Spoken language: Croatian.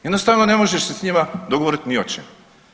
Jednostavno ne možeš se s njima dogovoriti ni o čemu.